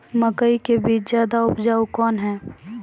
मकई के बीज ज्यादा उपजाऊ कौन है?